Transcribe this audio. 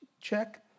Check